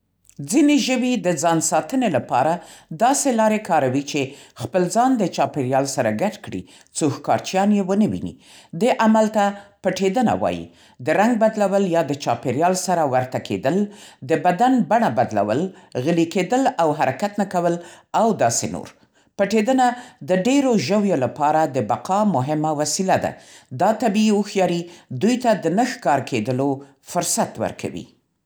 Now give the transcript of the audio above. ځینې ژوي د ځان د ساتنې لپاره داسې لارې کاروي چې خپل ځان د چاپېریال سره ګډ کړي، څو ښکارچیان یې ونه ویني. دې عمل ته پټېدنه وايي. د رنګ بدلول یا د چاپېریال سره ورته کېدل، د بدن بڼه بدلول، غلي کېدل او حرکت نه کول او داسې نور. پټېدنه د ډېرو ژویو لپاره د بقا مهمه وسیله ده. دا طبیعي هوښیاري دوی ته د نه ښکار کېدلو فرصت ورکوي.